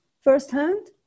firsthand